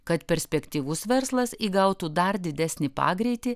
kad perspektyvus verslas įgautų dar didesnį pagreitį